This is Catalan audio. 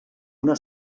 una